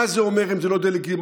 מה זה אומר אם זה לא דה-לגיטימציה?